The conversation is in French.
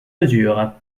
mesure